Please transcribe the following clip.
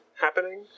happening